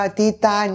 tita